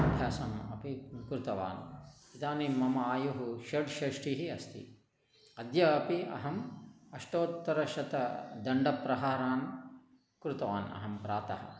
अभ्यासम् अपि कृतवान् इदानीं मम आयुः षड्षष्टिः अस्ति अद्यापि अहम् अष्टोत्तरशतदण्डप्रहारान् कृतवान् अहं प्रातः